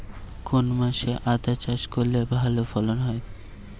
কোন মাসে আদা চাষ করলে ভালো ফলন হয়?